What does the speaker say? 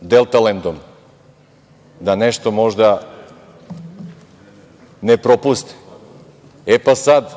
„Deltalendom“, da nešto možda ne propuste. Sad,